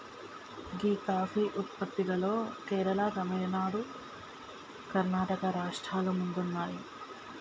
గీ coffee ఉత్పత్తిలో కేరళ, తమిళనాడు, కర్ణాటక రాష్ట్రాలు ముందున్నాయి